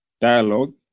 dialogue